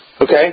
Okay